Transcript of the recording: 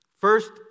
first